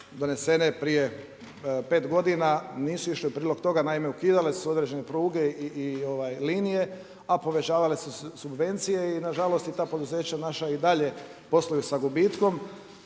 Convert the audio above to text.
donesene prije 5 godina nisu išle u prilog toga. Naime, ukidale su se određene pruge i linije, a povećavale subvencije. I na žalost i ta poduzeća naša i dalje posluju sa gubitkom.